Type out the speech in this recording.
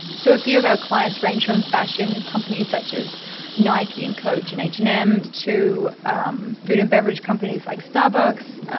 so a few of our clients range from fashion companies such as nike, and coach, and h and m, to um, food and beverage companies like starbucks,